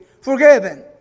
forgiven